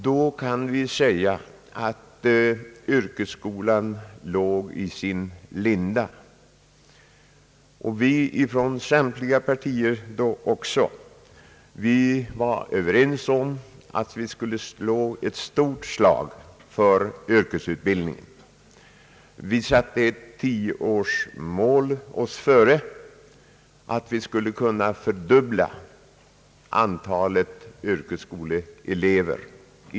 Då låg yrkesskolan i sin linda, och även då var vi inom samtliga partier överens om att vi skulle slå ett stort slag för yrkesutbildningen. Vi satte oss före som ett tioårsmål att fördubbla antalet yrkesskoleelever.